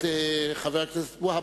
את חבר הכנסת והבה.